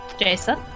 Jason